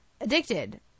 addicted